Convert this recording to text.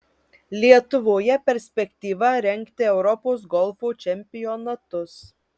lietuvoje perspektyva rengti europos golfo čempionatus